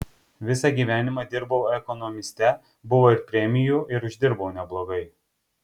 visą gyvenimą dirbau ekonomiste buvo ir premijų ir uždirbau neblogai